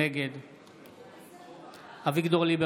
נגד אביגדור ליברמן,